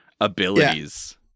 abilities